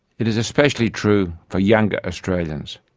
it is especially true for younger australians.